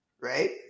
right